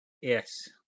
Yes